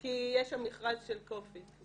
כי יש שם מכרז של קופיקס.